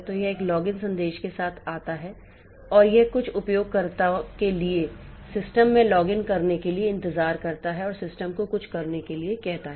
तो यह एक लॉगिन संदेश के साथ आता है और यह कुछ उपयोगकर्ता के लिए सिस्टम में लॉगिन करने के लिए इंतजार करता है और सिस्टम को कुछ करने के लिए कहता है